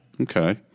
Okay